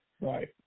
Right